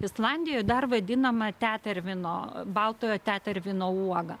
islandijoje dar vadinama tetervino baltojo tetervino uoga